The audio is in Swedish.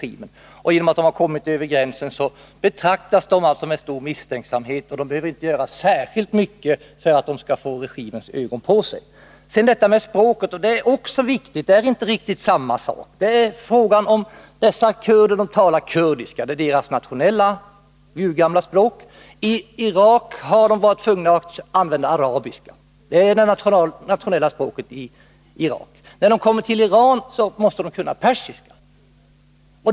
I och med att de kommit över gränsen betraktas de med stor misstänksamhet, och de behöver inte göra särskilt mycket för att de skall få regimens ögon på sig. Detta med språket är också viktigt. Det är inte riktigt samma sak. Dessa kurder talar kurdiska — det är deras nationella urgamla språk. I Irak hade de varit tvungna att använda arabiska, som är det nationella språket där. När de kommer till Iran måste de kunna persiska.